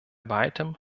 weitem